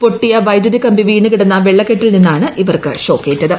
പൊട്ടിയ വൈദ്യുതകമ്പി വീണ് കിടന്ന വെള്ളക്കെട്ടിൽ നിന്നാണ് ഇവർക്ക് ഷോക്കേറ്റത്